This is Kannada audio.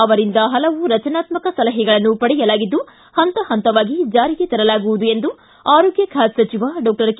ಅವರಿಂದ ಹಲವು ರಚನಾತ್ಥಕ ಸಲಹೆಗಳನ್ನು ಪಡೆಯಲಾಗಿದ್ದು ಹಂತ ಹಂತವಾಗಿ ಜಾರಿಗೆ ತರಲಾಗುವುದು ಎಂದು ಆರೋಗ್ನ ಖಾತೆ ಸಚಿವ ಡಾಕ್ಟರ್ ಕೆ